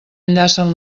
enllacen